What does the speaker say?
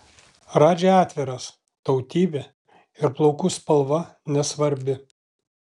radži atviras tautybė ir plaukų spalva nesvarbi